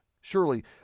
Surely